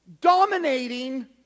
dominating